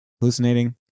hallucinating